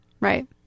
Right